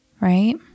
Right